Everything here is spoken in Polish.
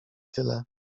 tyle